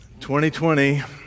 2020